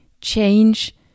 change